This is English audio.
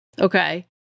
Okay